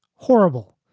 horrible.